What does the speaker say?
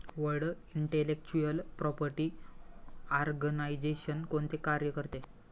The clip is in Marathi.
वर्ल्ड इंटेलेक्चुअल प्रॉपर्टी आर्गनाइजेशन कोणते कार्य करते?